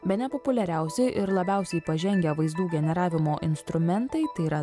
bene populiariausi ir labiausiai pažengę vaizdų generavimo instrumentai tai yra